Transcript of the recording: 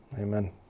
Amen